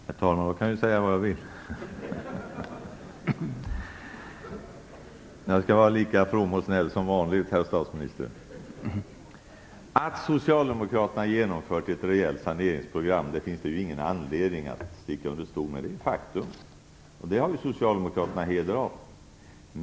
Herr talman! Då kan jag ju säga vad jag vill! Nej, jag skall vara lika from och snäll som vanligt, herr statsminister. Att Socialdemokraterna har genomfört ett rejält saneringsprogram finns det ingen anledning att sticka under stol med. Det är ett faktum. Det har Socialdemokraterna heder av.